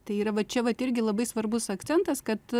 tai yra va čia vat irgi labai svarbus akcentas kad